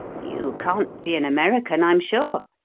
you can't be an american, i'm sure,